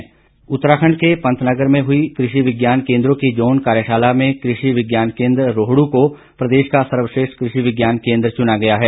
पुरस्कार उत्तराखण्ड के पंतनगर में हुई कृषि विज्ञान केन्द्रों की जोन कार्यशाला में कृषि विज्ञान केन्द्र रोहड् को प्रदेश का सर्वश्रेष्ठ कृषि विज्ञान केन्द्र चुना गया है